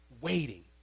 waiting